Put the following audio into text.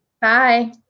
Bye